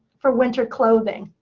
for winter clothing.